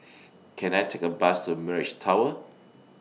Can I Take A Bus to Mirage Tower